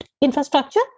infrastructure